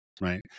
Right